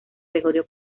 gregorio